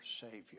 Savior